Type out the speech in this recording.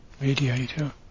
mediator